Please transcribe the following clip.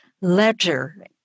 Ledger